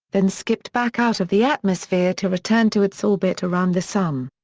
then skipped back out of the atmosphere to return to its orbit around the sun.